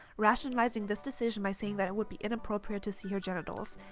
rationalizing this decision by saying that it would be inappropriate to see her genitals.